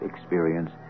experience